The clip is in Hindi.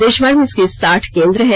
देशभर में इसके साठ केंद्र हैं